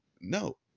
no